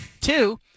Two